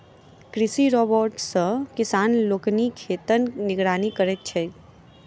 कृषि रोबोट सॅ किसान लोकनि खेतक निगरानी करैत छथि